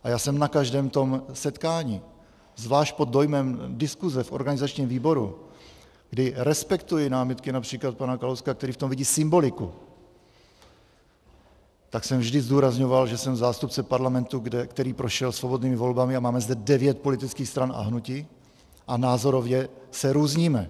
A já jsem na každém tom setkání, zvlášť pod dojmem diskuse v organizačním výboru, kdy respektuji námitky např. pana Kalouska, který v tom vidí symboliku, tak jsem vždy zdůrazňoval, že jsem zástupce parlamentu, který prošel svobodnými volbami, a máme zde devět politických stran a hnutí a názorově se různíme.